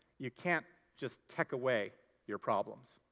you can't just tech away your problems.